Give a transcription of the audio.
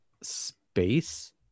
space